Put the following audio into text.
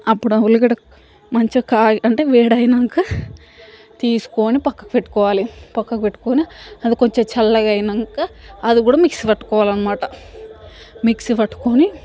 అప్పుడు ఆ ఉల్లిగడ్డ మంచిగా కాలి అంటే వేడి అయినాక తీసుకుని పక్కకు పెట్టుకోవాలి పక్కకు పెట్టుకుని అది కొంచెం చల్లగా అయినాకా అది కూడా మిక్సీ పట్టుకోవాలి అనమాట మిక్సీ పట్టుకుని